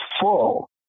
full